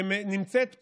שנמצאת פה.